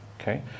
Okay